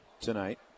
tonight